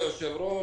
היושב ראש,